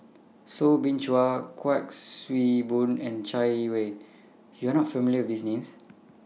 Soo Bin Chua Kuik Swee Boon and Chai Yee Wei YOU Are not familiar with These Names